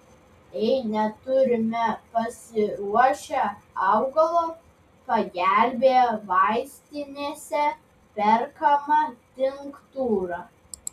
jei neturime pasiruošę augalo pagelbėja vaistinėse perkama tinktūra